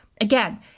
Again